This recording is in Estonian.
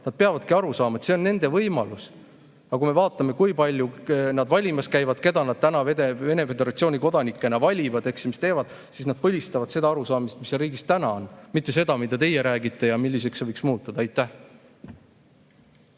Nad peavadki aru saama, et see on nende võimalus. Aga kui me vaatame, kui palju nad valimas käivad, keda nad Vene föderatsiooni kodanikena valivad, eks ju, ja mis nad teevad, siis [näeme, et] nad põlistavad seda arusaamist, mis seal riigis praegu on, mitte seda, mida teie räägite ja milliseks see võiks muutuda. Nüüd